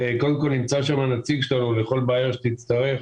קודם כל נמצא שם הנציג שלנו לכל בעיה שתצטרך,